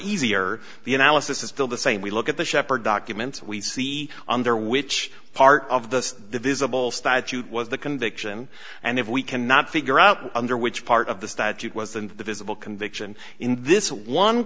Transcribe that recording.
easier the analysis is still the same we look at the shepherd documents we see on there which part of the visible statute was the conviction and if we cannot figure out under which part of the statute was and the visible conviction in this one